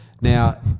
now